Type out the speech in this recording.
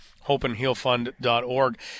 hopeandhealfund.org